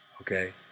okay